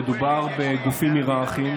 מדובר בגופים היררכיים,